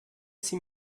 sie